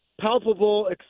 palpable